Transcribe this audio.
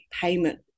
payment